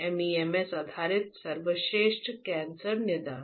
MEMS आधारित सर्वश्रेष्ठ cancer निदान